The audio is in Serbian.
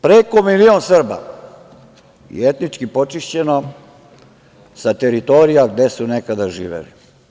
Preko milion Srba je etnički počišćeno sa teritorija gde su nekada živeli.